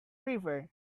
river